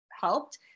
helped